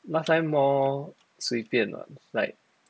last time more 随便 [what] right